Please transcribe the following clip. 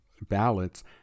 ballots